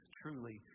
truly